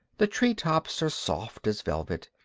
the tree tops are soft as velvet,